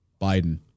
Biden